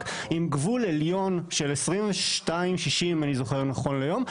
עם גבול עליון של 22.60 אם אני זוכר נכון ליום.